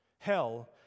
Hell